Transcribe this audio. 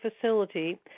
facility